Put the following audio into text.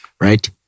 Right